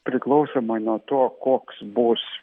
priklausomai nuo to koks bus